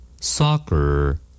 soccer